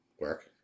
Work